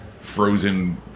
frozen